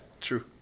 True